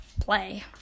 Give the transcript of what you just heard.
play